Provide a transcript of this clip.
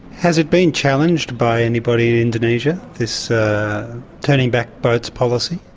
has it been challenged by anybody in indonesia, this turning back boats policy?